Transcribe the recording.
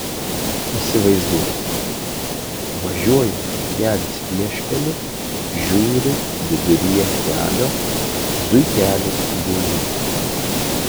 įsivaizduokite važiuoja žmogelis vieškeliu žiūri viduryje kelio zuikelis guli